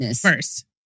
First